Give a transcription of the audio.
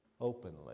openly